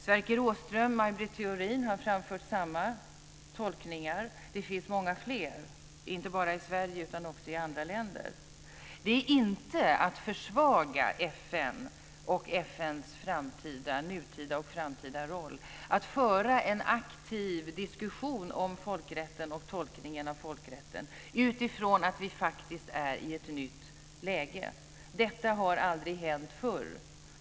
Sverker Åström och Maj Britt Theorin har framfört samma tolkningar, och det finns många fler, inte bara i Sverige utan också i andra länder. Det är inte att försvaga FN och FN:s nutida och framtida roll att föra en aktiv diskussion om folkrätten och tolkningen av den utifrån att vi befinner oss i ett nytt läge. Detta har aldrig hänt förr.